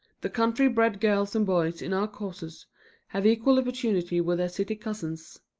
the country-bred girls and boys in our courses have equal opportunity with their city cousins,